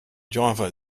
java